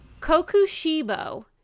Kokushibo